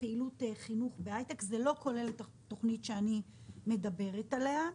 לא כולל התוכנית שאני מדברת עליה.